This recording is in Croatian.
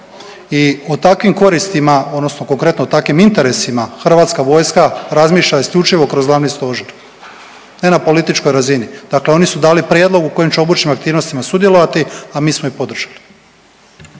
i o takvim koristima odnosno konkretno o takvim interesima HV razmišlja isključivo kroz glavni stožer, ne na političkoj razini, dakle oni su dali prijedlog u kojim će obučnim aktivnostima sudjelovati, a mi smo ih podržali.